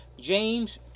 James